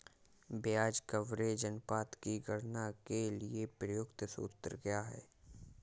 ब्याज कवरेज अनुपात की गणना के लिए प्रयुक्त सूत्र क्या है?